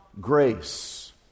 grace